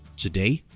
today,